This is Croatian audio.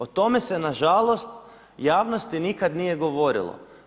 O tome se nažalost javnosti nikada nije govorilo.